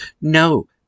No